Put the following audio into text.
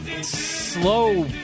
slow